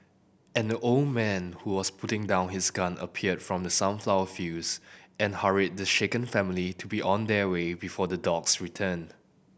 an old man who was putting down his gun appeared from the sunflower fields and hurried the shaken family to be on their way before the dogs return